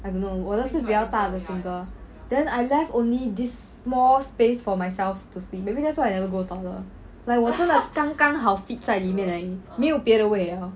I don't know 我的是比较大的 single then I left only this small space for myself to sleep maybe that's why I never grow taller like 我真的刚刚好 fit 在里面而已没有别的位了